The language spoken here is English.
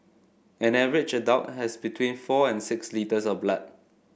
an average adult has between four and six litres of blood